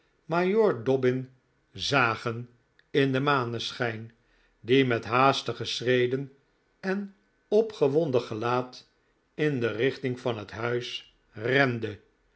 dobbin zagen in den maneschijn die met haastige schreden en opgewonden gelaat in de richting van het huis rende